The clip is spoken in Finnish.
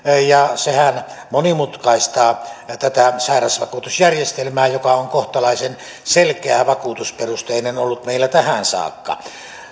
ja sehän monimutkaistaa tätä sairausvakuutusjärjestelmää joka on kohtalaisen selkeä vakuutusperusteinen ollut meillä tähän saakka